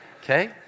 Okay